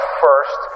first